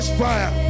fire